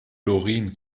doreen